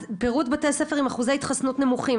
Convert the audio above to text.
אז פירוט בתי הספר עם אחוזי התחסנות נמוכים,